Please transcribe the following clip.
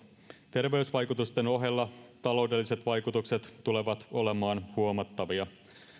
terveysvaikutusten ohella taloudelliset vaikutukset tulevat olemaan huomattavia